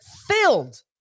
filled